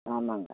ஆமாம்ங்க